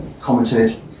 commented